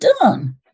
done